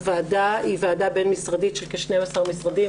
הוועדה היא ועדה בין משרדית של כ-12 משרדים,